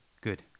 good